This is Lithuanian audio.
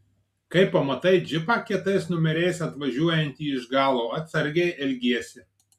kai pamatai džipą kietais numeriais atvažiuojantį iš galo atsargiai elgiesi